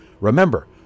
Remember